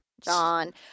John